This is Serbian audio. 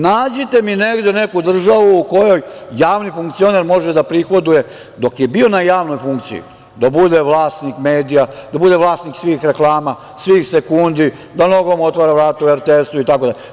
Nađite mi negde neku državu u kojoj javni funkcioner može da prihoduje dok je bio na javnoj funkciji, da bude vlasnik medija, da bude vlasnik svih reklama, svih sekundi, da nogom otvara vrata u RTS itd.